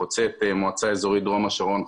חוצה את מועצה אזורית דרום השרון,